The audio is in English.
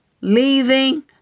leaving